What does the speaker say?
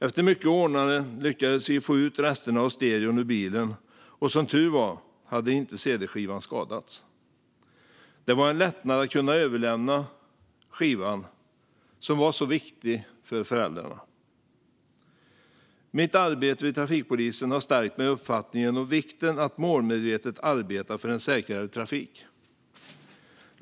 Efter mycket ordnande lyckades vi få ut resterna av stereon ur bilen, och som tur var hade inte cd-skivan skadats. Det var en lättnad att kunna överlämna skivan, som var så viktig för föräldrarna. Mitt arbete vid trafikpolisen har stärkt mig i uppfattningen om vikten av att målmedvetet arbeta för en säkrare trafik.